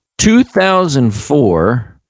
2004